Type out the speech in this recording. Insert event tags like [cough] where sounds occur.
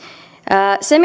se [unintelligible]